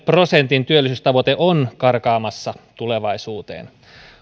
prosentin työllisyystavoite on karkaamassa tulevaisuuteen